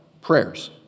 prayers